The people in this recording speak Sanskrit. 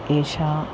एषा